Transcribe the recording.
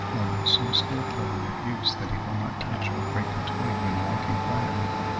although so skilful in their use that he will not touch or break a twig when walking quietly,